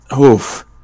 Oof